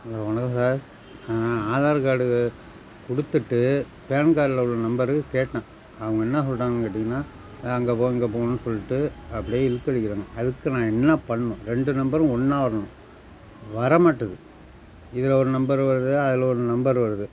hello வணக்கம் sir ஆ Aadhaar card கொடுத்துட்டு பேன் கார்ட்ல உள்ள நம்பருக்கு கேட்டேன் அவங்க என்ன சொல்கிறாங்கன்னு கேட்டீங்கன்னால் அங்கே போ இங்கே போன்னு சொல்லிட்டு அப்படியே இழுத்தடிக்கிறாங்க அதுக்கு நான் என்ன பண்ணும் ரெண்டு நம்பரும் ஒன்றா வரணும் வர மாட்டுன்து இதில் ஒரு நம்பரு வருது அதில் ஒரு நம்பரு வருது